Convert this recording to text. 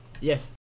Yes